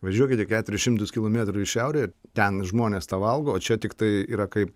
važiuokite keturis šimtus kilometrų į šiaurę ir ten žmonės tą valgo o čia tiktai yra kaip